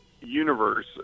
universe